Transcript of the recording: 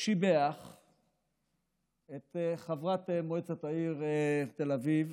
שיבח את חברת מועצת העיר תל אביב